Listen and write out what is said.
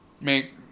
make